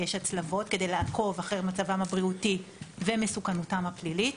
יש הצלבות כדי לעקוב אחרי מצבם הבריאותי ומסוכנותם הפלילית,